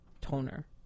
toner